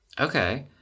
Okay